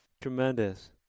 Tremendous